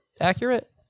accurate